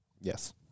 yes